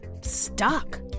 stuck